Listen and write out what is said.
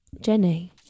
Jenny